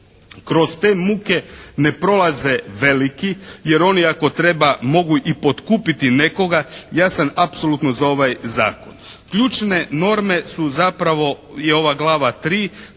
kroz te muke ne prolaze veliki jer oni ako treba mogu i potkupiti nekoga. Ja sam apsolutno za ovaj zakon. Ključne norme su zapravo, je ova glava